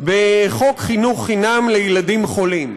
בחוק חינוך חינם לילדים חולים.